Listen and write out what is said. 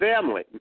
family